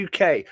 UK